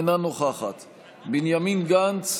אינה נוכחת בנימין גנץ,